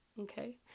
Okay